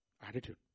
Attitude